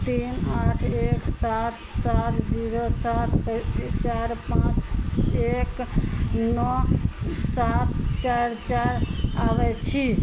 तीन आठ एक सात सात जीरो सात प चार पॉँच एक नओ सात चार चार आबय छी